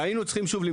והיינו צריכים שוב,